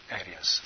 areas